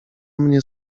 mnie